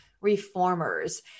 reformers